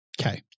Okay